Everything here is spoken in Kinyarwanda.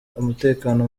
umutekano